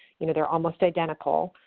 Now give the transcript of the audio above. you know they're almost identical,